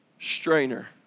strainer